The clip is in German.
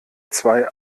zwei